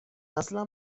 اصلا